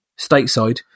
stateside